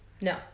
No